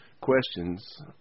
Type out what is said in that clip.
questions